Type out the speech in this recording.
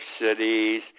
cities